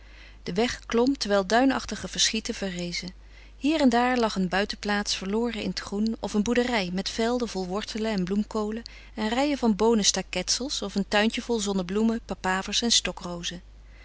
de weg klom terwijl duinachtige verschieten verrezen hier en daar lag een buitenplaats verloren in het groen of een boerderij met velden vol wortelen en bloemkoolen en rijen van boonenstaketsels of een tuintje vol zonnebloemen papavers en stokrozen